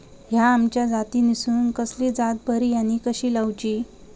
हया आम्याच्या जातीनिसून कसली जात बरी आनी कशी लाऊची?